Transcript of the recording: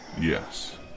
Yes